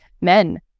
men